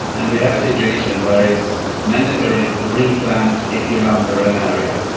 and we have a situation where it is mandatory to replant if you lumber an area,